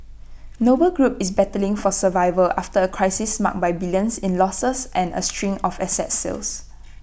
noble group is battling for survival after A crisis marked by billions in losses and A string of asset sales